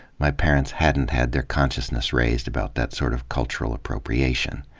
my parents hadn't had their consciousness raised about that sort of cultural appropriation.